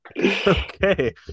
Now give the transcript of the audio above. Okay